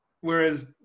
Whereas